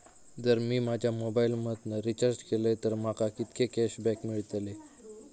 जर मी माझ्या मोबाईल मधन रिचार्ज केलय तर माका कितके कॅशबॅक मेळतले?